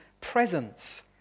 Presence